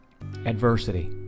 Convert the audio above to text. Adversity